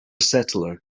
settler